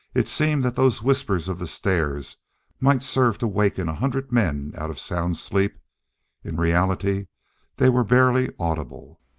it seemed that those whispers of the stairs might serve to waken a hundred men out of sound sleep in reality they were barely audible.